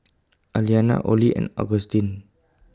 Aliana Orley and Augustin